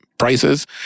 prices